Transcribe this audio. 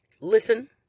listen